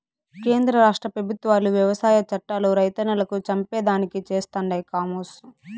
కేంద్ర రాష్ట్ర పెబుత్వాలు వ్యవసాయ చట్టాలు రైతన్నలను చంపేదానికి చేస్తండాయి కామోసు